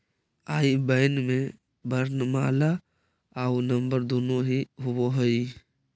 आई बैन में वर्णमाला आउ नंबर दुनो ही होवऽ हइ